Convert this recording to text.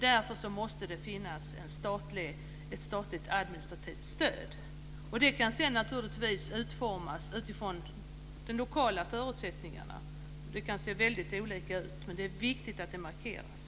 Därför måste det finnas ett statligt administrativt stöd. Det kan sedan utformas utifrån de lokala förutsättningarna, som kan se väldigt olika ut, men det är viktigt att det markeras.